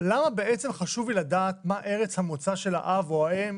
למה חשוב להם לדעת מה ארץ המוצא של האב או האם